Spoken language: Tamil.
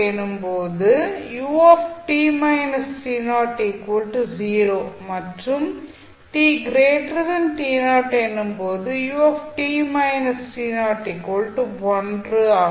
எனும் போது மற்றும் எனும் போது ஆகும்